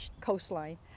coastline